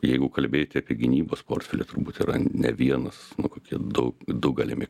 jeigu kalbėti apie gynybos portfelį turbūt yra ne vienas kokie du du galimi